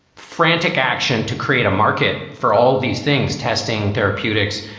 frantic action to create a market for all these things, testing therapeutics,